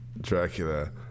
Dracula